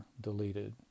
deleted